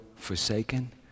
forsaken